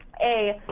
a,